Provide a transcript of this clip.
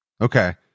Okay